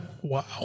Wow